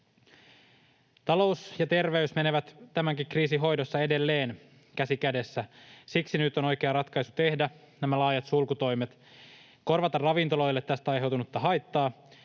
Talous ja terveys menevät tämänkin kriisin hoidossa edelleen käsi kädessä, siksi nyt on oikea ratkaisu tehdä nämä laajat sulkutoimet, korvata ravintoloille tästä aiheutunutta haittaa.